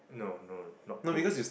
no no not pull